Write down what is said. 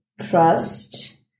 trust